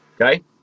Okay